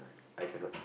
I cannot